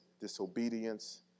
disobedience